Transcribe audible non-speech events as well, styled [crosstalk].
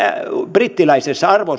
brittiläisessä arvo [unintelligible]